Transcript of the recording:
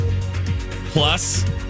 plus